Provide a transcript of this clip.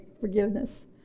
forgiveness